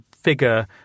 figure